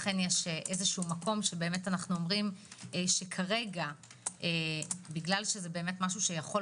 לכן יש מקום שאנחנו אומרים שכרגע בגלל שזה משהו שיכול